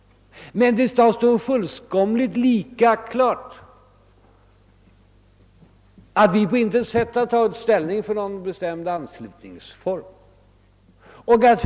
Men det skall stå lika klart att vi på intet sätt tagit ställning för någon bestämd anslutningsform.